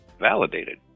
validated